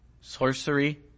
sorcery